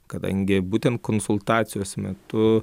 kadangi būtent konsultacijos metu